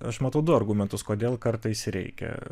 aš matau du argumentus kodėl kartais reikia